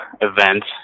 event